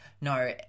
No